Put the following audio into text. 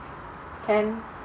can